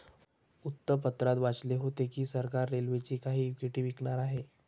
वृत्तपत्रात वाचले होते की सरकार रेल्वेची काही इक्विटी विकणार आहे